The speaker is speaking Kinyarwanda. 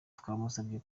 twamusabye